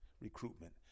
recruitment